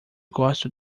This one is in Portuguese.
gosto